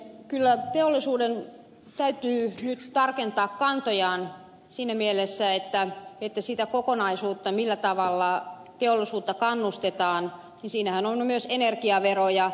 kyllä teollisuuden täytyy nyt tarkentaa kantojaan siinä mielessä että siinä kokonaisuudessa millä tavalla teollisuutta kannustetaan on myös energiaveroja